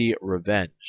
Revenge